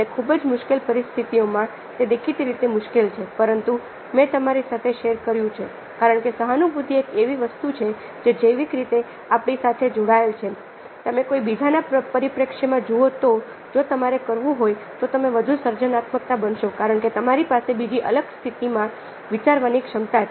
અને ખૂબ જ મુશ્કેલ પરિસ્થિતિઓમાં તે દેખીતી રીતે મુશ્કેલ છે પરંતુ મેં તમારી સાથે શેર કર્યું છે કારણ કે સહાનૂભૂતિ એક એવી વસ્તુ છે જે જૈવિક રીતે આપણી સાથે જોડાયેલ છે તમે કોઈ બીજાના પરિપ્રેક્ષ્યમાં જુઓ તો જો તમારે કરવું હોય તો તમે વધુ સર્જનાત્મક બનશો કારણ કે તમારી પાસે બીજી અલગ સ્થિતિમાં વિચારવાની ક્ષમતા છે